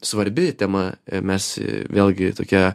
svarbi tema mes vėlgi tokia